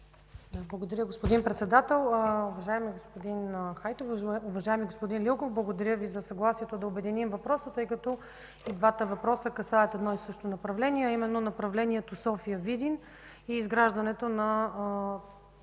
Благодаря, господин Председател. Уважаеми господин Хайтов, уважаеми господин Лилков, благодаря Ви за съгласието да обединим въпроса, тъй като и двата въпроса касаят едно и също направление, а именно направлението София – Видин, и изграждането на